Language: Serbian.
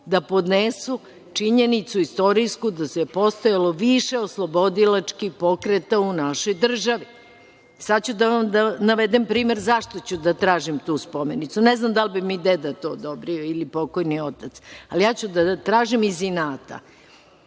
da podnesu činjenicu istorijsku da je postojalo više oslobodilačkih pokreta u našoj državi. Sada ću da vam navedem primer zašto ću da tražim tu spomenicu. Ne znam da li bi mi to deda to odobrio ili pokojni otac, ali ja ću da tražim iz inata